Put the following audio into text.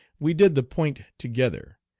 we did the point together,